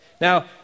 Now